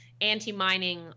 anti-mining